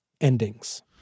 endings